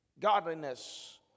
Godliness